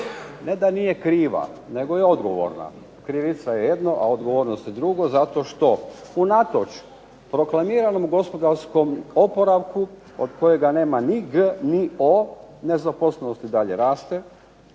ne da nije kriva nego je odgovorna. Krivica je jedno, a odgovornost drugo zato što unatoč proklamiranom gospodarskom oporavku od kojega nema ni G ni O nezaposlenost i dalje raste,